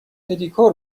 پدیکور